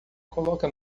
coloca